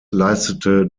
leistete